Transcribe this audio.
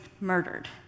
murdered